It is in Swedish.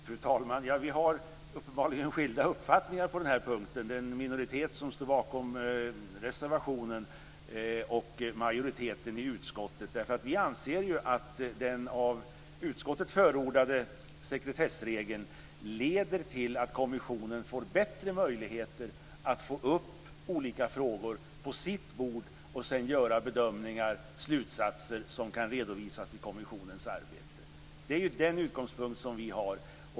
Fru talman! Vi har uppenbarligen skilda uppfattningar på den här punkten - den minoritet som står bakom reservationen och majoriteten i utskottet. Vi i majoriteten anser att den av utskottet förordade sekretessregeln leder till att kommissionen får bättre möjligheter att få upp olika frågor på sitt bord och sedan göra bedömningar och slutsatser som kan redovisas i dess arbete. Det är den utgångspunkt som vi har.